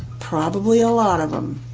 probably a lot of them.